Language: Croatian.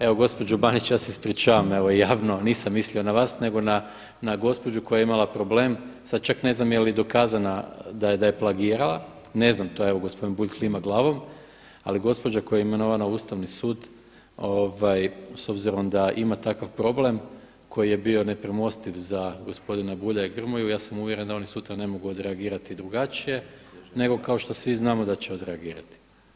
Evo gospođo Barić, ja se ispričavam evo javno, nisam mislio na vas nego na gospođu koja je imala problem, sada čak ne znam je li dokazana da je plagirala, ne znam to, evo gospodin Bulj klima glavom ali gospođa koja je imenovana u Ustavni su s obzirom da ima takav problem koji je bio nepremostiv za gospodina Bulja i Grmoju, ja sam uvjeren da oni sutra ne mogu odreagirati drugačije nego kao što svi znamo da će odreagirati.